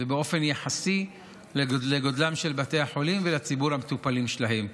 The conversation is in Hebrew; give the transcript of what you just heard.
ובאופן יחסי לגודלם של בתי החולים ולציבור המטופלים שלהם.